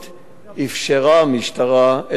אפשרה המשטרה את קיומה.